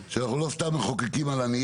לכן אני אומר אדוני היושב ראש,